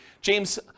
James